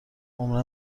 عمرا